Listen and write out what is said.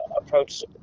approach